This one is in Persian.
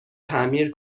تعمیر